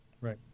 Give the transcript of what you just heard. Right